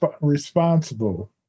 responsible